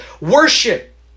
Worship